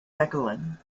mechelen